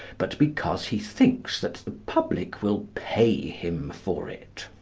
but because he thinks that the public will pay him for it.